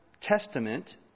Testament